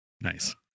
Nice